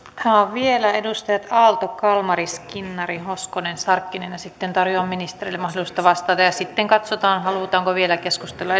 vielä edustajat aalto kalmari skinnari hoskonen sarkkinen ja sitten tarjoan ministerille mahdollisuutta vastata ja sitten katsotaan halutaanko vielä keskustella